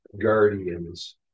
guardians